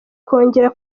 kongera